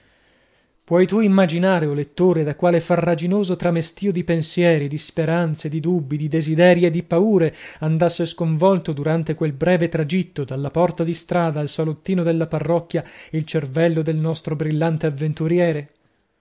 puoi tu immaginare o lettore da quale farraginoso tramestío di pensieri di speranze di dubbi di desideri e di paure andasse sconvolto durante quel breve tragitto dalla porta di strada al salottino della parrocchia il cervello del nostro brillante avventuriere